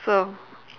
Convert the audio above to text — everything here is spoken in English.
so